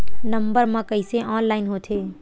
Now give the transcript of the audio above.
Number मा कइसे online होथे?